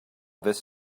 this